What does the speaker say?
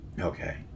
Okay